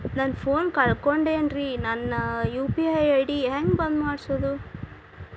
ನನ್ನ ಫೋನ್ ಕಳಕೊಂಡೆನ್ರೇ ನನ್ ಯು.ಪಿ.ಐ ಐ.ಡಿ ಹೆಂಗ್ ಬಂದ್ ಮಾಡ್ಸೋದು?